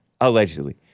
allegedly